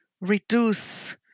reduce